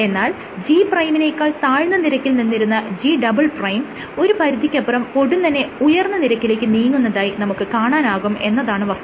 എന്നാൽ G' നേക്കാൾ താഴ്ന്ന നിരക്കിൽ നിന്നിരുന്ന G" ഒരു പരിധിക്കപ്പുറം പൊടുന്നനെ ഉയർന്ന നിരക്കിലേക്ക് നീങ്ങുന്നതായി നമുക്ക് കാണാനാകും എന്നതാണ് വസ്തുത